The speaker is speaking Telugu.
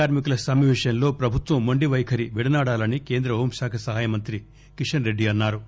కార్మికుల సమ్మె విషయంలో ప్రభుత్వం మొండిపైఖరి విడనాడాలని కేంద్ర హోంశాఖ సహాయ మంత్రి కిషన్ రెడ్డి అన్నా రు